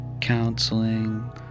counseling